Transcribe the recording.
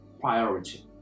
priority